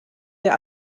der